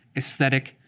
aesthetic,